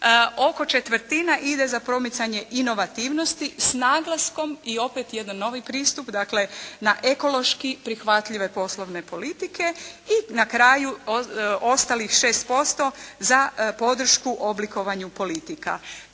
Oko četvrtina ide za promicanje inovativnosti s naglaskom i opet jedan novi pristup dakle na ekološki prihvatljive poslovne politike i na kraju ostalih 6% za podršku oblikovanju politika.